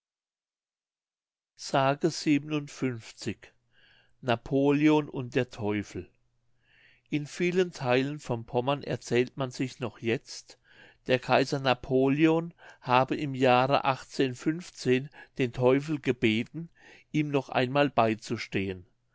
s napoleon und der teufel in vielen theilen von pommern erzählt man sich noch jetzt der kaiser napoleon habe im jahre den teufel gebeten ihm noch einmal beizustehen